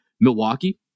milwaukee